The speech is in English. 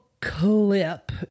clip